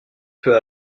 peu